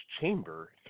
chamber